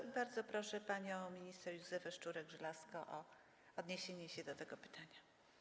I bardzo proszę panią minister Józefę Szczurek-Żelazko o odniesienie się do tego pytania.